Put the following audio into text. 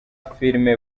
filime